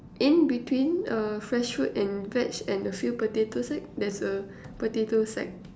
in between uh fresh fruit and veg and a few potato sack there's a potato sack